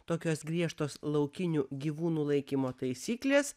tokios griežtos laukinių gyvūnų laikymo taisyklės